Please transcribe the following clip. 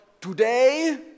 today